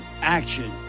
action